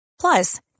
Plus